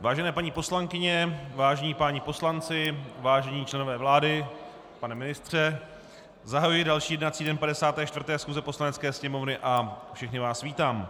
Vážené paní poslankyně, vážení páni poslanci, vážení členové vlády, pane ministře, zahajuji další jednací den 54. schůze Poslanecké sněmovny a všechny vás vítám.